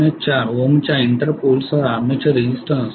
04 ओहमच्या इंटर पोलसह आर्मेचर रेझिस्टन्स असतो